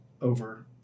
over